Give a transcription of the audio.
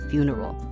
Funeral